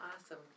Awesome